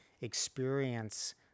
experience